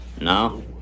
no